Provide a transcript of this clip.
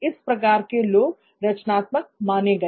इस प्रकार के लोग रचनात्मक माने गए